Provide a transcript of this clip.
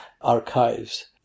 archives